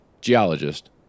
geologist